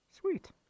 sweet